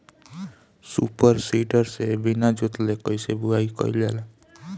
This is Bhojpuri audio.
सूपर सीडर से बीना जोतले कईसे बुआई कयिल जाला?